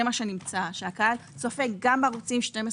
זה מה שנמצא שהקהל צופה גם בערוצים 13,